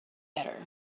better